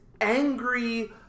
angry